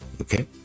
okay